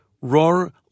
Roar